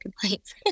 complaints